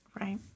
Right